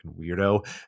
weirdo